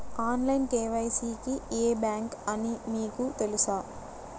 Online KYC కి ఏ bank అని మీకు తెలుసా?